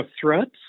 threats